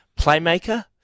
playmaker